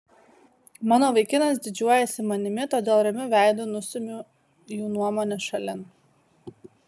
mano vaikinas didžiuojasi manimi todėl ramiu veidu nustumiu jų nuomonę šalin